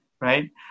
right